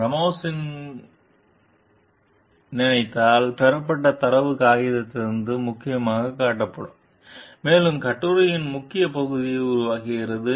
ராமோஸின் நிறுவனத்தால் பெறப்பட்ட தரவு காகிதத்தில் முக்கியமாகக் காட்டப்படும் மேலும் கட்டுரையின் முக்கிய பகுதியை உருவாக்குகிறது